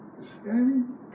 Standing